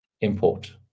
import